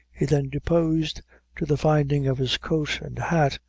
he then deposed to the finding of his coat and hat,